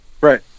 Right